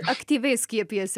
aktyviai skiepijasi